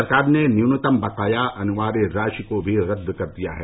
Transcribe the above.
सरकार ने न्यूनतम बकाया अनिवार्य राशि को भी रद्द कर दिया है